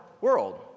world